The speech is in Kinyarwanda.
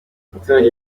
umuturage